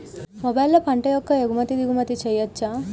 మొబైల్లో పంట యొక్క ఎగుమతి దిగుమతి చెయ్యచ్చా?